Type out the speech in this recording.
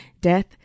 death